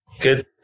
Good